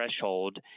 threshold